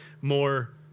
more